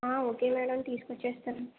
okay madam తీసుకొచ్చేస్తాను